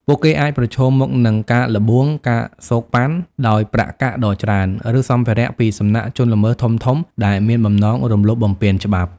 ពួកគេអាចប្រឈមមុខនឹង ការល្បួង ការសូកប៉ាន់ ដោយប្រាក់កាសដ៏ច្រើន ឬសម្ភារៈពីសំណាក់ជនល្មើសធំៗដែលមានបំណងរំលោភបំពានច្បាប់។